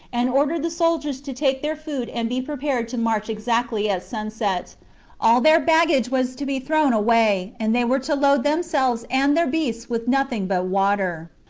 and ordered the soldiers to take their food and be prepared to march exactly at sunset all their baggage was to be thrown away, and they were to load themselves and their beasts with nothing but water.